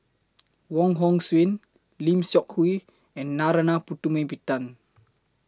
Wong Hong Suen Lim Seok Hui and Narana Putumaippittan